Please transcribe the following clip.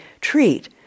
treat